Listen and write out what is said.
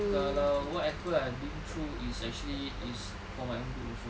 kalau whatever I've been through is actually is for my own good also